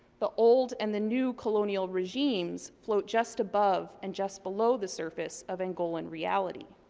the old and the new colonial regimes float just above and just below the surface of angolan reality.